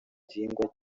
gihingwa